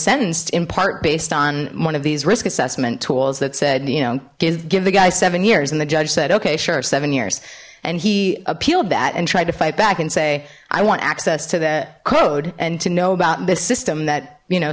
sentenced in part based on one of these risk assessment tools that said you know give the guy seven years and the judge said okay sure seven years and he appealed that and tried to fight back and say i want access to the code and to know about this system that you know